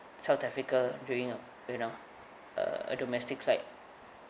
south africa during uh you know a a domestic flight